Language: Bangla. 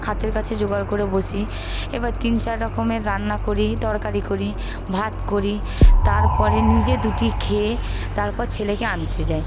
হাতের কাছে জোগাড় করে বসি এবার তিন চার রকমের রান্না করি তরকারি করি ভাত করি তারপরে নিজে দুটি খেয়ে তারপর ছেলেকে আনতে যাই